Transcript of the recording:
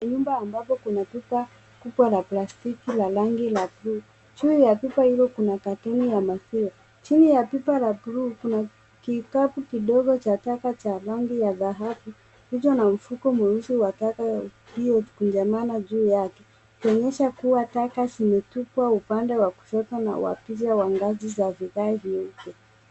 Nyumba ambapo kuna pipa kubwa la plastiki la rangi la blue . Juu ya pipa hilo kuna katoni ya maziwa chini ya pipa la blue kuna kikapu kidogo cha taka cha rangi ya dhahabu pamoja na mfuko mweusi wa taka yaliyokunjamana juu yake ikionyesha kuwa taka zimetupwa, upande wa kushoto wa picha wa ngazi za vigae vyeupe.